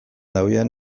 duten